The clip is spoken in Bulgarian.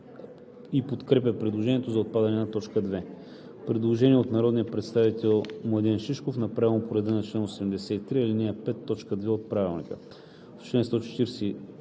подкрепя предложението за отпадане на т. 2. Предложение от народния представител Младен Шишков, направено по реда на чл. 83, ал. 5, т. 2 от Правилника